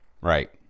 Right